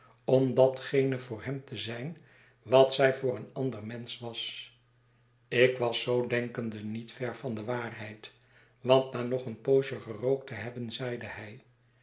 om datgene voor hem te zijn wat zij voor een ander mensch was ik was zoo denkende niet ver van de waarheid want na nog een poosje gerookt te hebben zeide hij